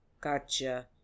Gotcha